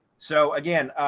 so again,